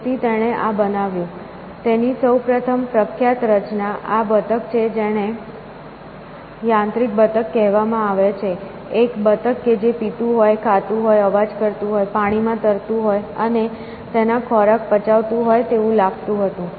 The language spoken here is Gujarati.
તેથી તેણે આ બનાવ્યું તેની સૌથી પ્રખ્યાત રચના આ બતક છે જેને યાંત્રિક બતક કહેવામાં આવે છે એક બતક કે જે પીતું હોય ખાતું હોય અવાજ કરતું હોય પાણીમાં તરતું હોય અને તેના ખોરાક પચાવતું હોય તેવું લાગતું હતું